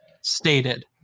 stated